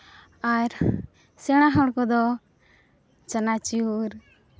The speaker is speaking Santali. ᱟᱨ ᱥᱮᱬᱟ ᱦᱚᱲ ᱠᱚᱫᱚ ᱪᱟᱱᱟᱪᱩᱨ